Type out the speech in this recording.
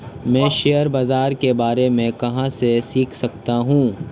मैं शेयर बाज़ार के बारे में कहाँ से सीख सकता हूँ?